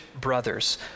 brothers